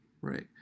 right